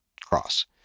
cross